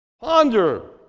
ponder